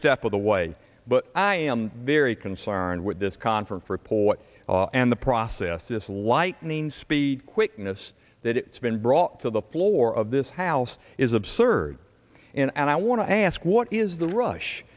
step of the way but i am very concerned with this conference report and the process this lightning speed quickness that it's been brought to the floor of this house is absurd and i want to ask what is the rush